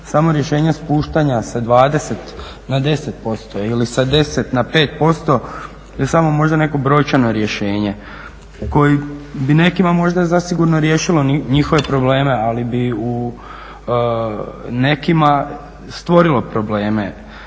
samo rješenje spuštanja sa 20 na 10% ili sa 10 na 5% to je samo možda neko brojčano rješenje koje bi nekima možda zasigurno riješilo njihove probleme, ali bi u nekima stvorilo probleme.